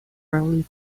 early